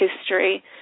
history